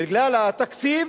בגלל התקציב,